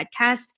podcast